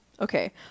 okay